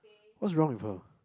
what's wrong with her